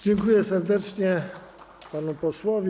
Dziękuję serdecznie panu posłowi.